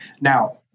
Now